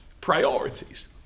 priorities